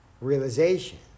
realization